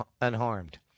unharmed